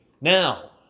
Now